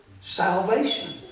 salvation